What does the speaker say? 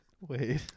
Wait